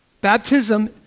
Baptism